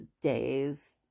days